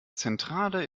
zentrale